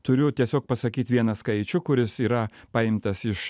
turiu tiesiog pasakyt vieną skaičių kuris yra paimtas iš